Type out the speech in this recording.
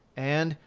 and,